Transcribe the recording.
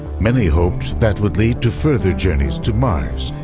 many hoped that would lead to further journeys to mars,